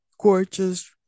gorgeous